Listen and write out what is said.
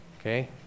Okay